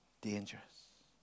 dangerous